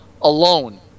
alone